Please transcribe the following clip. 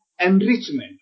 enrichment